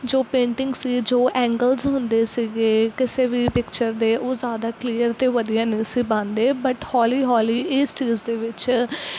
ਜੋ ਪੇਂਟਿੰਗ ਸੀ ਜੋ ਐਂਗਲਸ ਹੁੰਦੇ ਸੀਗੇ ਕਿਸੇ ਵੀ ਪਿਕਚਰ ਦੇ ਉਹ ਜ਼ਿਆਦਾ ਕਲੀਅਰ ਅਤੇ ਵਧੀਆ ਨਹੀਂ ਸੀ ਬਣਦੇ ਬਟ ਹੌਲੀ ਹੌਲੀ ਇਸ ਚੀਜ਼ ਦੇ ਵਿੱਚ